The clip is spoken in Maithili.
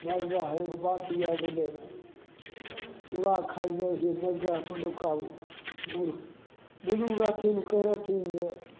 बग्गा हे एगो बात याद अइलै चूड़ा खाइलियै हे बग्गा कोनो कारण मूर्ख बुजुर्ग रहथिन ओ कहै रहथिन जे